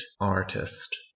artist